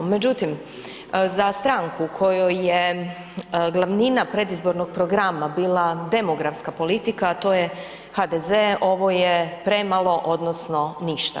Međutim, za stranku kojoj je glavnina predizbornog programa bila demografska politika, a to je HDZ, ovo je premalo odnosno ništa.